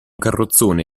carrozzone